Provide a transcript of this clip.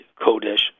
Kodesh